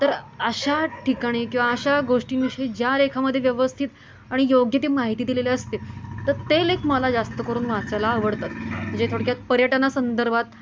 तर अशा ठिकाणी किंवा अशा गोष्टींविषयी ज्या लेखामध्ये व्यवस्थित आणि योग्य ते माहिती दिलेले असते तर ते लेख मला जास्त करून वाचायला आवडतात म्हणजे थोडक्यात पर्यटना संदर्भात